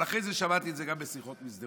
אבל אחרי זה שמעתי את זה גם בשיחות מסדרון.